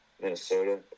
Minnesota